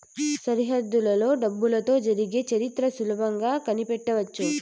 సరిహద్దులలో డబ్బులతో జరిగే చరిత్ర సులభంగా కనిపెట్టవచ్చు